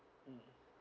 mm